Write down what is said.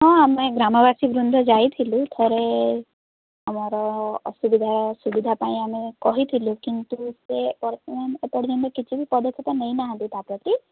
ହଁ ଆମେ ଗ୍ରାମବାସୀ ବୃନ୍ଦ ଯାଇଥିଲୁ ଥରେ ଆମର ଅସୁବିଧା ସୁବିଧା ପାଇଁ ଆମେ କହିଥିଲୁ କିନ୍ତୁ ସେ ଏପର୍ଯ୍ୟନ୍ତ କିଛି ବି ପଦକ୍ଷେପ ନେଇ ନାହାଁନ୍ତି ତାପ୍ରତି